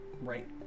right